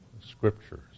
scriptures